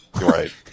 Right